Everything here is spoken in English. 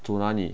走哪里